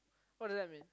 what does that mean